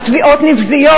התביעות נבזיות.